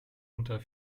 unter